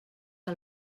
que